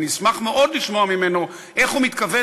אני אשמח מאוד לשמוע ממנו איך הוא מתכוון